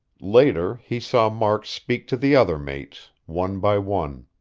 later he saw mark speak to the other mates, one by one.